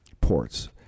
ports